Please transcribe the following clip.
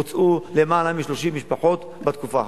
הוצאו למעלה מ-30 משפחות בתקופה האחרונה,